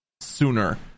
sooner